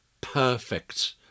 perfect